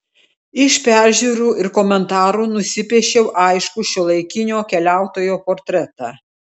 iš peržiūrų ir komentarų nusipiešiau aiškų šiuolaikinio keliautojo portretą